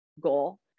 goal